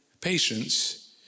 patience